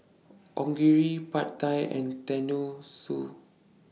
Onigiri Pad Thai and Tenmusu